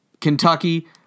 Kentucky